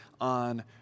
on